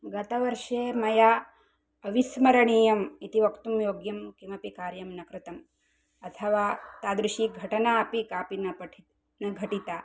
गतवर्षे मया अविस्मरणीयम् इति वक्तुं योग्यम् किमपि कार्यं न कृतम् अथवा तादृशी घटनाऽपि कापि न पठि न घटिता